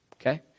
okay